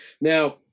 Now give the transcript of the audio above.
Now